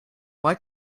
why